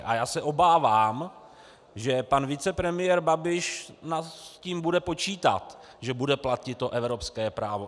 A já se obávám, že pan vicepremiér Babiš s tím bude počítat, že bude platit evropské právo.